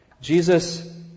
Jesus